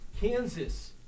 Kansas